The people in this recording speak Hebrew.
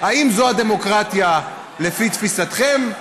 האם זו הדמוקרטיה לפי תפיסתכם?